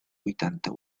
huitanta